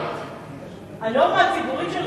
הנורמה הציבורית שלך